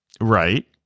Right